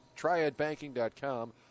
Triadbanking.com